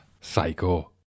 Psycho